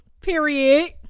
Period